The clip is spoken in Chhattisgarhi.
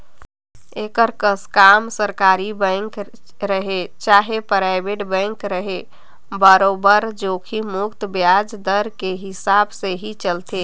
एकर कस काम सरकारी बेंक रहें चाहे परइबेट बेंक रहे बरोबर जोखिम मुक्त बियाज दर के हिसाब से ही चलथे